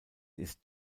ist